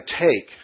take